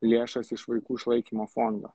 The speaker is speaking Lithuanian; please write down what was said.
lėšas iš vaikų išlaikymo fondo